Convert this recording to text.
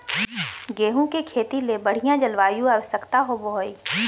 गेहूँ के खेती ले बढ़िया जलवायु आवश्यकता होबो हइ